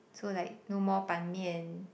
so like no more Ban-Mian